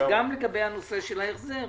גם לגבי הנושא של ההחזר